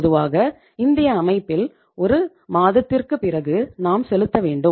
பொதுவாக இந்திய அமைப்பில் ஒரு மாதத்திற்குப் பிறகு நாம் செலுத்த வேண்டும்